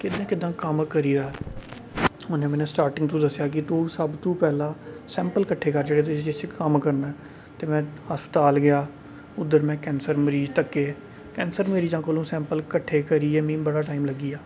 कि'यां कि'यां कम्म करी उ'नें मैह्न्नूं स्टार्टिंग तूं दस्सेआ कि तूं सबतूं पैह्लां सैंपल किट्ठे कर जेह्ड़े तू जिस च कम्म करना ऐ ते अस्ताल गेआ उद्धर में कैंसर मरीज तक्के कैंसर दे मरीजां कोलूं सैंपल किट्ठे करियै मी बड़ा टाइम लग्गी गेआ